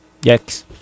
Yikes